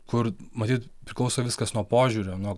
kur matyt priklauso viskas nuo požiūrio nuo